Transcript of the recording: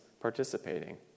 participating